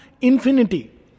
infinity